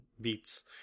Beats